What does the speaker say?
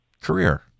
career